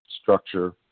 structure